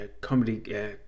comedy